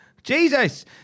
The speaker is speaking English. Jesus